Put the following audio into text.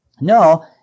No